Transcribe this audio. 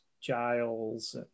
Giles